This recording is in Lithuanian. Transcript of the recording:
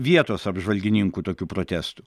vietos apžvalgininkų tokių protestų